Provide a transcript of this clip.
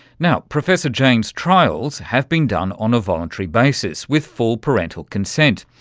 now, professor jain's trials have been done on a voluntary basis with full parental consent.